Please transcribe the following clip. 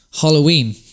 Halloween